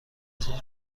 خود